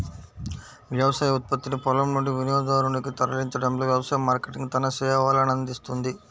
వ్యవసాయ ఉత్పత్తిని పొలం నుండి వినియోగదారునికి తరలించడంలో వ్యవసాయ మార్కెటింగ్ తన సేవలనందిస్తుంది